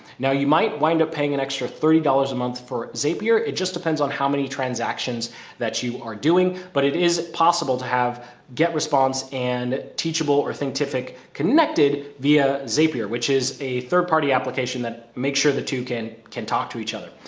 now you might wind up paying an extra thirty dollars a month for zapier. it just depends on how many transactions that you are doing, but it is possible to have get response and teachable or thinkific connected via zapier, which is a third party application that makes sure that two can can talk to each other.